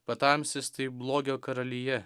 patamsis tai blogio karalija